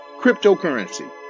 cryptocurrency